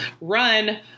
run